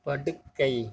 படுக்கை